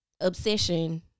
obsession